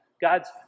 God's